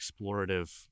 explorative